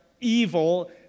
evil